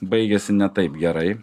baigėsi ne taip gerai